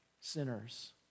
sinners